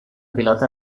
pilota